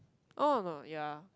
oh no no ya